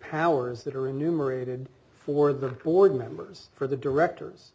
powers that are enumerated for the board members for the directors